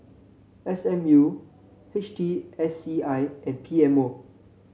S M U H T S C I and P M O